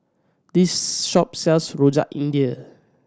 this shop sells Rojak India